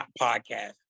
podcast